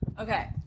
Okay